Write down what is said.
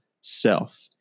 self